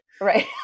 Right